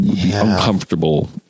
uncomfortable